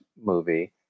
movie